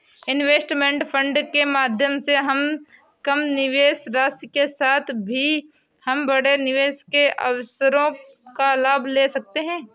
investment fund के माध्यम से हम कम निवेश राशि के साथ भी हम बड़े निवेश के अवसरों का लाभ ले सकते हैं